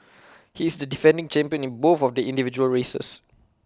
he is the defending champion in both of the individual races